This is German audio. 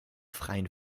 freien